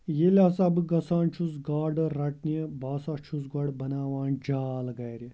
ییٚلہِ ہَسا بہٕ گژھان چھُس گاڈٕ رَٹنہِ بہٕ ہَسا چھُس گۄڈٕ بَناوان جال گَرِ